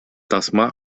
тасма